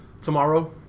tomorrow